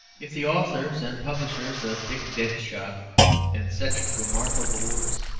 if the authors and publishers of dick deadshot and such remarkable works,